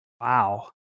wow